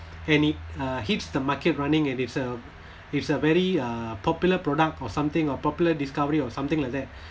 and it uh hits the market running and it's a it's a very uh popular product or something or popular discovery or something like that